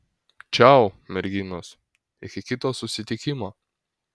čiau merginos iki kito susitikimo